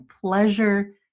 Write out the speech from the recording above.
pleasure